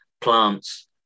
plants